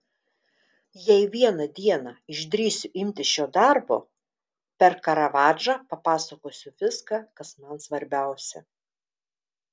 jei vieną dieną išdrįsiu imtis šio darbo per karavadžą papasakosiu viską kas man svarbiausia